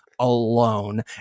alone